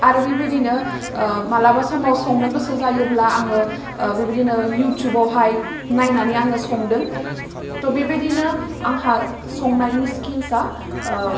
आरो बिबायदिनो मालाबा समाव संनो गोसो जायोब्ला आङो बेबायदिनो इउटुबावहाय नायनानै आङो संदोंथ' बिबायदिनो आंहा संनायनि स्किल्सआ